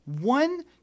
one